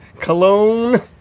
Cologne